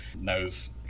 knows